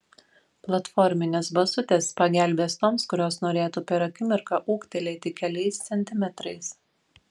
platforminės basutės pagelbės toms kurios norėtų per akimirką ūgtelėti keliais centimetrais